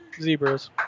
Zebras